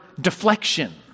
deflection